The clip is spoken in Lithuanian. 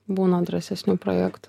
būna drąsesnių projektų